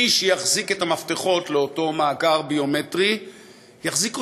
מי שיחזיק את המפתחות לאותו מאגר ביומטרי יחזיק אוצר,